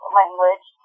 language